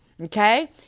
okay